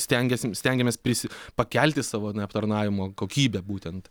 stengiasi stengiamės prisi pakelti savo aptarnavimo kokybę būtent